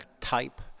type